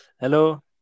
Hello